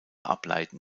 ableiten